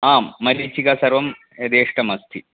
आं मरीचिका सर्वं यथेष्टमस्ति